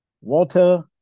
Water